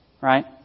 right